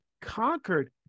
conquered